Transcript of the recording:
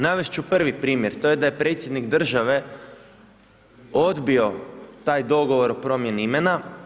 Navest ću prvi primjer, to je da je predsjednik države odbio taj dogovor o promjeni imena.